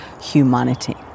humanity